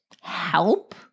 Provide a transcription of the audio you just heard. help